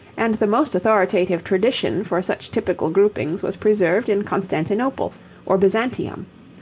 and the most authoritative tradition for such typical groupings was preserved in constantinople or byzantium,